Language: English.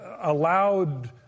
allowed